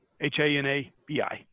H-A-N-A-B-I